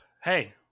Hey